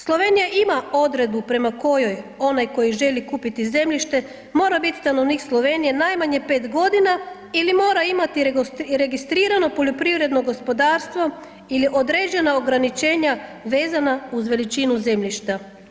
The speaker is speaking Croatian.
Slovenija ima odredbu prema kojoj onaj koji želi kupiti zemljište mora biti stanovnik Slovenije najmanje 5 godina ili mora imati registrirano poljoprivredno gospodarstvo ili određena ograničenja vezana uz veličinu zemljišta.